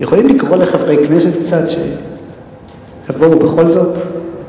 יכולים לקרוא לחברי כנסת קצת, שיבואו בכל זאת?